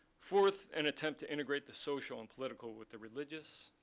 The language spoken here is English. fourth, an attempt to integrate the social and political with the religious